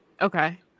Okay